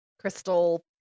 crystal